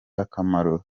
akamaro